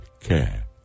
care